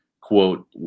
quote